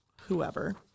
whoever